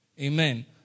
Amen